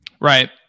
right